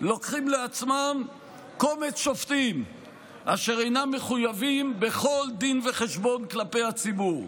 לוקחים לעצמם קומץ שופטים אשר אינם מחויבים בכל דין וחשבון כלפי הציבור.